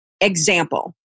example